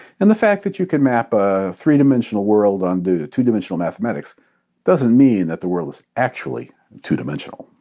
and the fact that you can map a three-dimensional world onto two dimensional mathematics doesn't mean that the world is actually two dimensional.